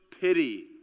pity